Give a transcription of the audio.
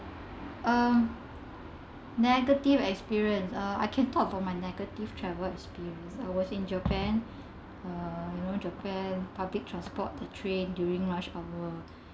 uh negative experience uh I can talk about my negative travel experience I was in japan uh you know japan's public transport the train during rush hour